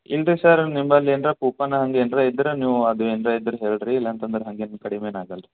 ಇಲ್ಲರೀ ಸರ್ ನಿಮ್ಮಲ್ಲಿ ಏನಾರ ಕೂಪನ್ ಹಂಗೆ ಏನಾರ ಇದ್ದರೆ ನೀವು ಅದು ಏನಾರ ಇದ್ದರೆ ಹೇಳಿ ರೀ ಇಲ್ಲ ಅಂತಂದ್ರೆ ಹಂಗೇನು ಕಡ್ಮೆ ಏನು ಆಗಲ್ಲ ರೀ